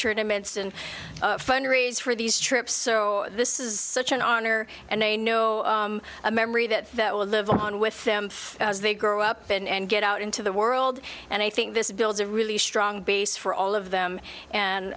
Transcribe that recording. tournaments and fundraise for these trips so this is such an honor and they know a memory that that will live on with them as they grow up and get out into the world and i think this builds a really strong base for all of them and